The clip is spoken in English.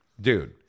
Dude